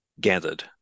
gathered